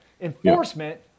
enforcement